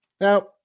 Now